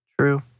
True